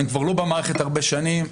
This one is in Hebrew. הם כבר לא במערכת הרבה שנים,